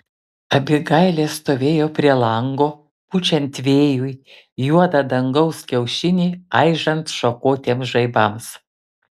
abigailė stovėjo prie lango pučiant vėjui juodą dangaus kiaušinį aižant šakotiems žaibams